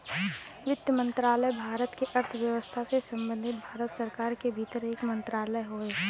वित्त मंत्रालय भारत क अर्थव्यवस्था से संबंधित भारत सरकार के भीतर एक मंत्रालय हौ